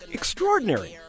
extraordinary